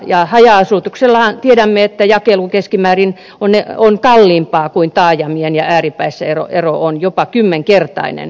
ja tiedämme että haja asutusalueilla on keskimäärin kalliimpaa kuin taajamissa ja että ääripäissä ero on jopa kymmenkertainen